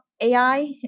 AI